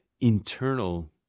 internal